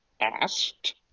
asked